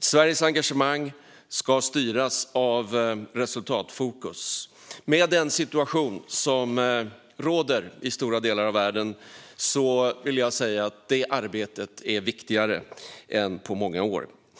Sveriges engagemang ska styras av resultatfokus. Med den situation som råder i stora delar av världen är det arbetet viktigare än på många år.